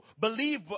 Believe